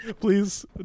please